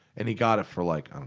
and he got it for like, um